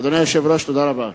אדוני היושב-ראש, תודה רבה.